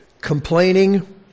complaining